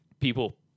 people